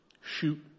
shoot